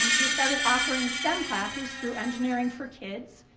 we started offering stem classes through engineering for kids.